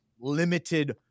limited